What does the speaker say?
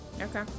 Okay